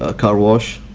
ah car wash.